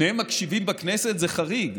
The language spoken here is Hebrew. שניהם מקשיבים בכנסת, זה חריג.